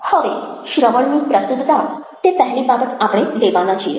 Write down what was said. હવે શ્રવણની પ્રસ્તુતતા તે પહેલી બાબત આપણે લેવાના છીએ